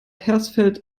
hersfeld